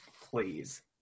Please